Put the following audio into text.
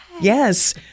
Yes